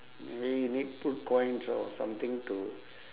maybe you need put coins or something to